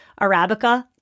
Arabica